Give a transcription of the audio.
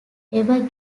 ever